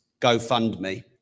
GoFundMe